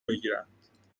بگیرند